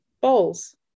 bowls